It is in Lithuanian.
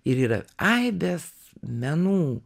ir yra aibės menų